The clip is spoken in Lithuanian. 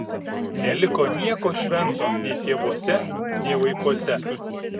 neliko nieko švento nei tėvuose nei vaikuose